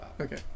Okay